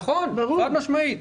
נכון, חד-משמעית.